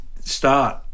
start